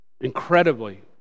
Incredibly